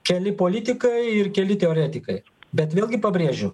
keli politikai ir keli teoretikai bet vėlgi pabrėžiu